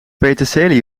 peterselie